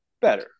better